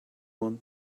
one